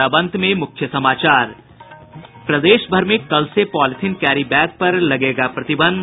और अब अंत में मुख्य समाचार प्रदेश भर में कल से पॉलिथीन कैरी बैग पर लगेगा प्रतिबंध